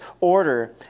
order